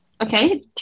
Okay